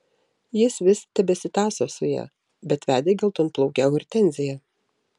jis vis tebesitąso su ja bet vedė geltonplaukę hortenziją